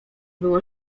było